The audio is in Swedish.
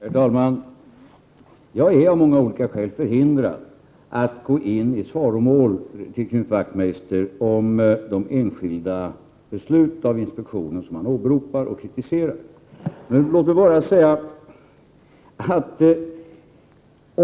Herr talman! Jag är av många olika skäl förhindrad att gå i svaromål i fråga om de av bankinspektionen fattade enskilda beslut som Knut Wachtmeister åberopar och kritiserar.